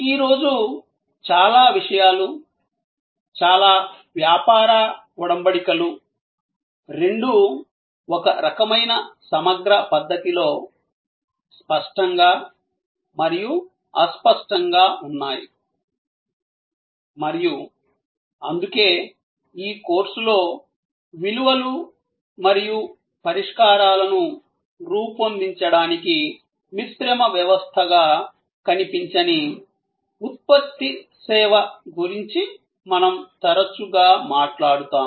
ఈ రోజు చాలా విషయాలు చాలా వ్యాపార ఒడంబడికలు రెండూ ఒక రకమైన సమగ్ర పద్ధతిలో స్పష్టంగా మరియు అస్పష్టంగా ఉన్నాయి మరియు అందుకే ఈ కోర్సులో విలువలు మరియు పరిష్కారాలను రూపొందించడానికి మిశ్రమ వ్యవస్థగా కనిపించని ఉత్పత్తి సేవ గురించి మనం తరచుగా మాట్లాడుతాము